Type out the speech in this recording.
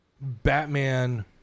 Batman